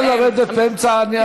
מה